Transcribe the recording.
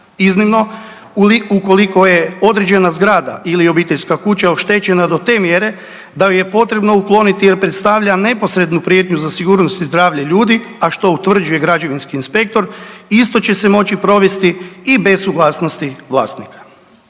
Iznimno, ukoliko je određena zgrada ili obiteljska kuća oštećena do te mjere da ju je potrebno ukloniti jer predstavlja neposrednu prijetnju za sigurnost i zdravlje ljudi, a što utvrđuje građevinski inspektor, isto će se moći provesti i bez suglasnosti vlasnika.